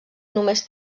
només